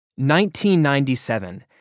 1997